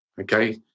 Okay